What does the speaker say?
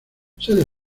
sede